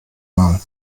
mal